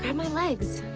and my legs.